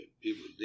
people